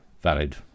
valid